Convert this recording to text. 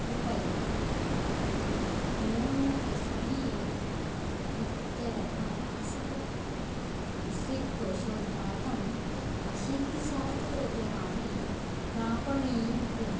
कृपया YONO S B A इत्यतः मासिक सिप् शोधनार्थं अशीतिसहस्ररूप्यकाणि प्रापणीकुरु